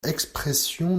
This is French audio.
expression